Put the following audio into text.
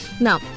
now